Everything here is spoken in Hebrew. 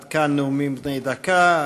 עד כאן נאומים בני דקה.